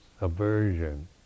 aversion